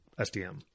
SDM